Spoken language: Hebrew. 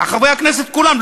חברי הכנסת כולם,